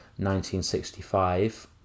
1965